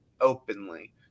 openly